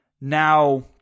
Now